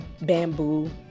bamboo